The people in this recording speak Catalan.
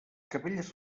capelles